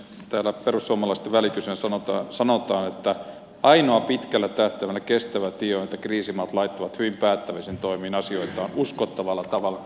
täällä perussuomalaisten välikysymyksessä sanotaan että ainoa pitkällä tähtäimellä kestävä tie on että kriisimaat laittavat hyvin päättäväisin toimin asioitaan uskottavalla tavalla kuntoon